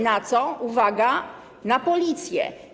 Na co? Uwaga, na Policję.